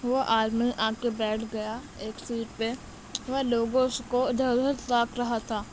وہ آدمی آ کے بیٹھ گیا ایک سیٹ پہ وہ لوگوں کو ادھر ادھر تاک رہا تھا